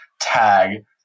tag